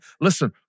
Listen